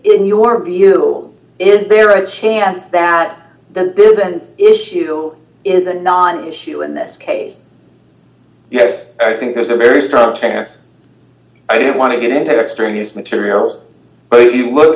it your view on is there a chance that the bill that is issue is a non issue in this case yes i think there's a very strong chance i don't want to get into extraneous material but if you look